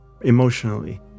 emotionally